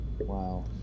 Wow